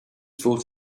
vote